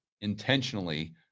intentionally